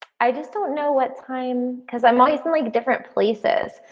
i just don't know what time because i'm always in like different places.